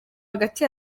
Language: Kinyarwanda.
hagati